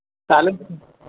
चालंल